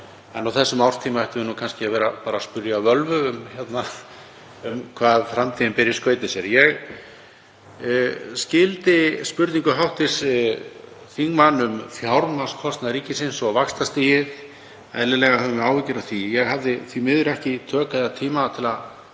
En á þessum árstíma ættum við kannski bara að spyrja völvu um hvað framtíðin beri í skauti sér. Ég skildi spurningu hv. þingmanns um fjármagnskostnað ríkisins og vaxtastigið, eðlilega höfum við áhyggjur af því. Ég hafði því miður ekki tök eða tíma til að